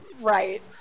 right